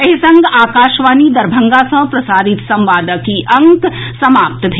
एहि संग आकाशवाणी दरभंगा सँ प्रसारित संवादक ई अंक समाप्त भेल